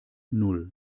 null